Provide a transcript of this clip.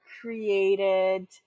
created